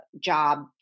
job